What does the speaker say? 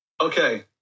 Okay